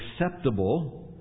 acceptable